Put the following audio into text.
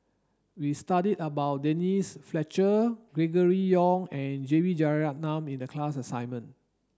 we studied about Denise Fletcher Gregory Yong and J B Jeyaretnam in the class assignment